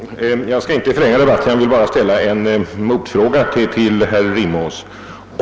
Herr talman! Jag vill inte ytterligare förlänga debatten, men jag vill ändå avslutningsvis ställa en motfråga till herr Rimås.